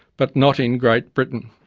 but not in great britain.